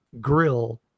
grill